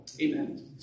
Amen